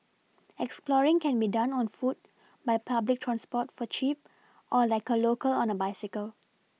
exploring can be done on foot by public transport for cheap or like a local on a bicycle